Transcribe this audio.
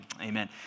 Amen